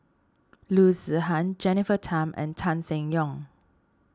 Loo Zihan Jennifer Tham and Tan Seng Yong